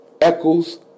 echoes